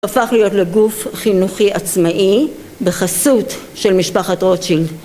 הופך להיות לגוף חינוכי עצמאי בחסות של משפחת רוטשילד